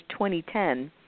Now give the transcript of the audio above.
2010